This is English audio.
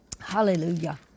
Hallelujah